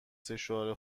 سشوار